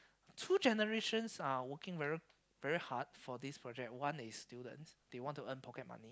two generations are working very very hard for this project one is students they want to earn pocket money